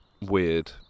weird